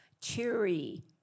cheery